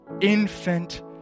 Infant